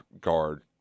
guard